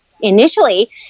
initially